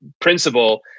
principle